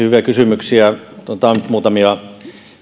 hyviä kysymyksiä otetaan nyt muutamia siis